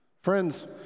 friends